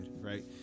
right